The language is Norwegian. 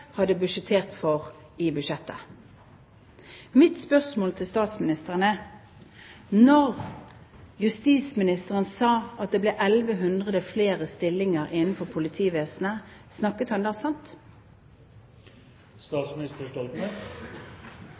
hadde budsjettert for i budsjettet. Mitt spørsmål til statsministeren er: Da justisministeren sa at det ble 1 100 flere stillinger innenfor politivesenet, snakket han da sant?